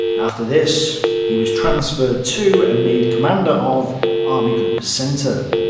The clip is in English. after this, he was transferred to and made commander of army group centre.